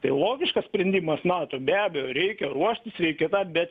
tai logiškas sprendimas nato be abejo reikia ruoštis reikia tą bet